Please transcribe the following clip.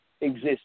exist